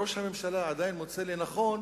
ראש הממשלה עדיין מוצא לנכון